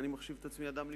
אני מחשיב עצמי אדם ליברלי.